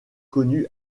connue